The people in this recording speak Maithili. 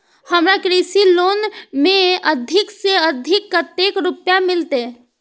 हमरा कृषि लोन में अधिक से अधिक कतेक रुपया मिलते?